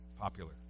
popular